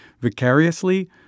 vicariously